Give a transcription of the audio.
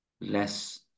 less